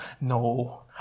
no